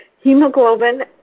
hemoglobin